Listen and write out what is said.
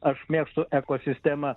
aš mėgstu ekosistemą